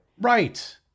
Right